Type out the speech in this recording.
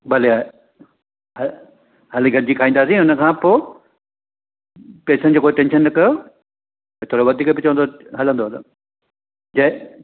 भले आयो हा हली गॾिजी खाईंदासीं हुन खां पोइ पैसनि जी कोई टेंशन न कयो त थोरो वधीक बि चवंदो त हलंदव जय